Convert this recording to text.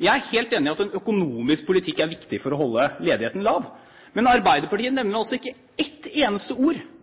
Jeg er helt enig i at den økonomiske politikken er viktig for å holde ledigheten lav, men Arbeiderpartiet nevner altså ikke ett eneste ord